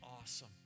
awesome